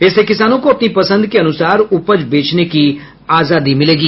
इससे किसानों को अपनी पसंद के अनुसार उपज बेचने की आजादी मिलेगी